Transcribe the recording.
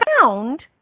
found